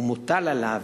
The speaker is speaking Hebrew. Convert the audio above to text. ומוטל עליו,